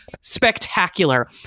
spectacular